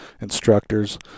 instructors